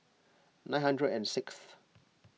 nine hundred and sixth